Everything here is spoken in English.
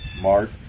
Mark